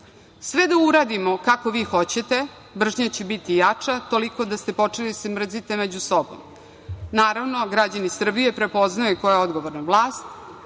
da uradimo kako vi hoćete, mržnja će biti jača, toliko da ste počeli da se mrzite među sobom. Naravno, građani Srbije prepoznaju ko je odgovorna vlast